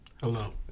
Hello